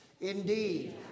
Indeed